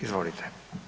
Izvolite.